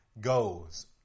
goes